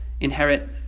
inherit